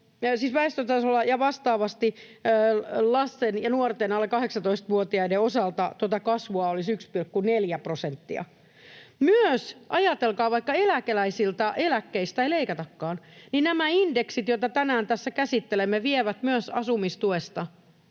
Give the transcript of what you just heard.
väestötasolla, ja vastaavasti lasten ja nuorten, alle 18-vuotiaiden, osalta tuota kasvua olisi 1,4 prosenttia. Ja ajatelkaa, vaikka eläkkeistä ei leikatakaan, nämä indeksit, joita tänään tässä käsittelemme, vievät myös asumistuesta